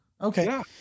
Okay